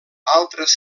altres